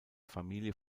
familie